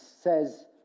says